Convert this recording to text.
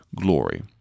glory